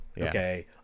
okay